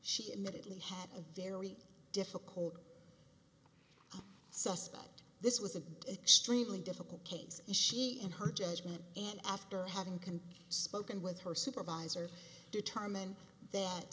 she admitted he had a very difficult suspect this was an extremely difficult case she in her judgment and after having can spoken with her supervisor determined that